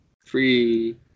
free